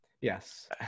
yes